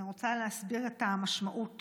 אני רוצה להסביר את המשמעות